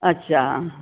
अच्छा